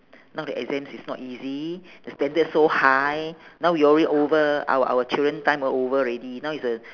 now the exams is not easy the standard so high now we already over our our children time o~ over already now is uh